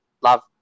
love